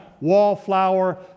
wallflower